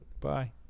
Bye